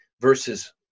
versus